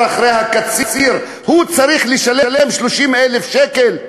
אחרי הקציר הוא צריך לשלם 30,000 שקל?